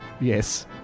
Yes